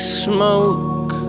smoke